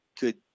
good